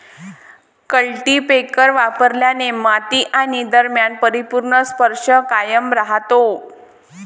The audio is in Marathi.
कल्टीपॅकर वापरल्याने माती आणि दरम्यान परिपूर्ण स्पर्श कायम राहतो